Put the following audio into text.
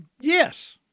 yes